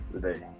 today